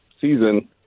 season